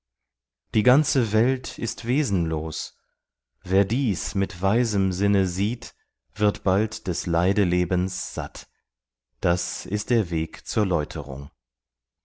die ganze welt ist wesenlos wer dies mit weisem sinne sieht wird bald des leidelebens satt das ist der weg zur läuterung